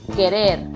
Querer